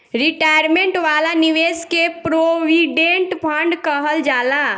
retirement वाला निवेश के प्रोविडेंट फण्ड कहल जाला